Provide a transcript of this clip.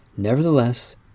Nevertheless